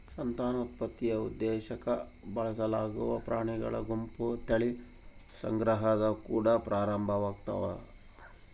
ಸಂತಾನೋತ್ಪತ್ತಿಯ ಉದ್ದೇಶುಕ್ಕ ಬಳಸಲಾಗುವ ಪ್ರಾಣಿಗಳ ಗುಂಪು ತಳಿ ಸಂಗ್ರಹದ ಕುಡ ಪ್ರಾರಂಭವಾಗ್ತತೆ